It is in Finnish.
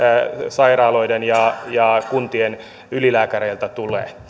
sairaaloiden ja ja kuntien ylilääkäreiltä tulee